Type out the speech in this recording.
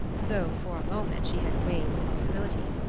though for a moment she had weighed the possibility.